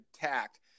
tact